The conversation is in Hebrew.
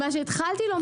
מה שהתחלתי לומר,